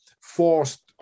forced